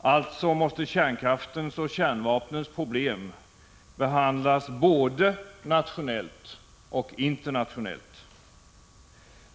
Alltså måste kärnkraftens och kärvapnens problem behandlas både nationellt och internationellt.